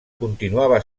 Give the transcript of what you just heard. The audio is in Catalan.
continuava